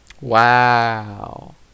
Wow